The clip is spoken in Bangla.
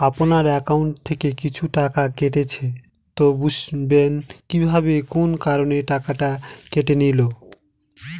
আপনার একাউন্ট থেকে কিছু টাকা কেটেছে তো বুঝবেন কিভাবে কোন কারণে টাকাটা কেটে নিল?